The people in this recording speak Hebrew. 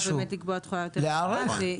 להיערך,